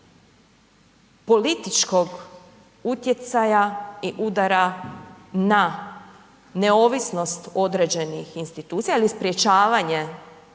političkog utjecaja i udara na neovisnost određenih institucija ili sprječavanje,